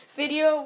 video